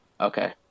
Okay